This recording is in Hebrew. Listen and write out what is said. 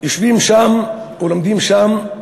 יושבים שם, או לומדים שם,